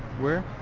where?